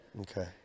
Okay